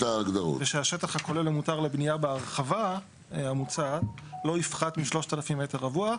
והשטח הכולל המותר לבנייה בהרחבה המוצעת לא יפחת מ-3,000 מטר רבוע,